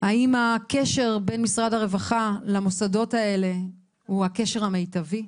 האם הקשר בין משרד הרווחה למוסדות האלה הוא הקשר המיטבי?